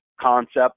concept